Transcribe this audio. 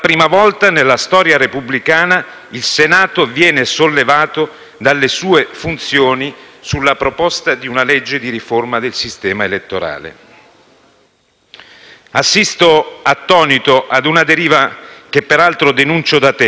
Assisto attonito ad una deriva che, peraltro, denuncio da tempo, cioè la sistematica esautorazione della funzione legislativa da parte del potere esecutivo sul potere legislativo.